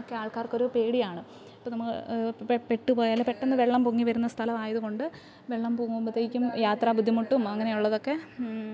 ഒക്കെ ആൾക്കാർക്കൊരു പേടിയാണ് ഇപ്പോള് നമ്മള് പെട്ടുപോയാല് പെട്ടെന്ന് വെള്ളം പൊങ്ങി വരുന്ന സ്ഥലമായതുകൊണ്ട് വെള്ളം പൊങ്ങുമ്പോഴത്തേക്കും യാത്രാ ബുദ്ധിമുട്ടും അങ്ങനെയുള്ളതൊക്കെ